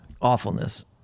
awfulness